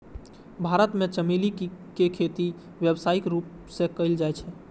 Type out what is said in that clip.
भारत मे चमेली के खेती व्यावसायिक रूप सं कैल जाइ छै